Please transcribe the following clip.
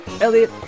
Elliot